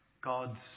God's